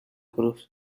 cruz